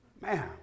Man